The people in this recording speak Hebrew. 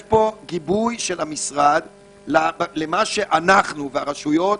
יש פה גיבוי של המשרד למה שאנחנו והרשויות,